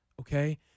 okay